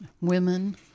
women